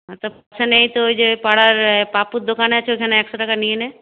হ্যাঁ তো পয়সা নেই তো ওই যে পাড়ার পাপুর দোকান আছে ওইখানে একশো টাকা নিয়ে নে